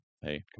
hey